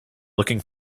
looking